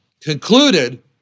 concluded